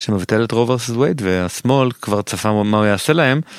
שמבטל את רוברס ווייד והשמאל כבר צפה מה הוא יעשה להם.